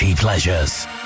Pleasures